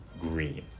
green